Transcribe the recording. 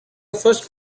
first